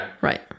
Right